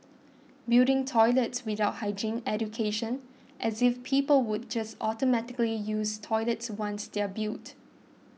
building toilets without hygiene education as if people would just automatically use toilets once they're built